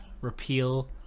repeal